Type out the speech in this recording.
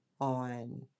on